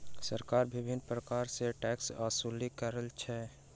सरकार विभिन्न प्रकार सॅ टैक्स ओसूल करैत अछि